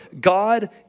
God